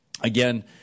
Again